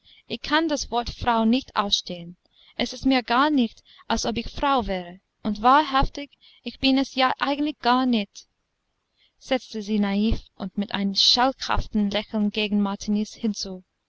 ich kann das wort frau nicht ausstehen es ist mir gar nicht als ob ich frau wäre und wahrhaftig ich bin es ja eigentlich gar nicht setzte sie naiv und mit einem schalkhaften lächeln gegen martiniz hinzu